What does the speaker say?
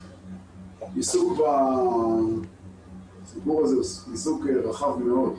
עיסוק בציבור הזה הוא עיסוק רחב מאוד.